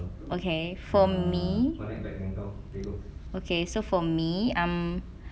okay for me okay so for me um